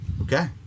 Okay